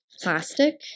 plastic